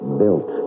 built